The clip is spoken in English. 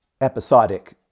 episodic